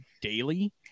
daily